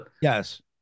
Yes